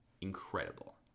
incredible